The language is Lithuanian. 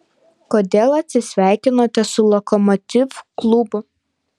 kodėl atsisveikinote su lokomotiv klubu